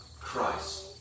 Christ